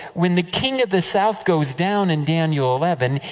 when the king of the south goes down, in daniel eleven,